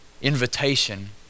invitation